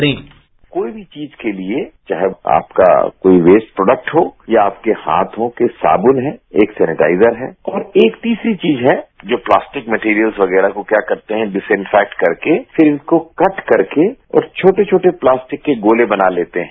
bite Ved Chaturvedi कोई भी चीज के लिए चाहे वो आपका कोई वेस्ट प्रोडक्ट हो या आपके हाथों के साबुन है एक सैनिटाइजर है और एक तीसरी चीज है जो प्लास्टिक मैटीरियल्स वगैरह को क्या करते हैं डिस्इनफैक्ट करके फिर इनको कट करके और छोटे छोटे प्लास्टिक के गोले बना लेते हैं